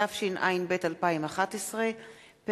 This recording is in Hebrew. התשע”ב 2011,